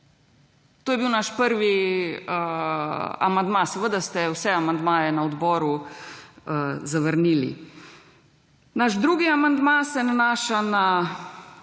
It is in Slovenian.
To je bil naš prvi amandma. Seveda ste vse amandmaje na odboru zavrnili. Naš drugi amandma se nanaša na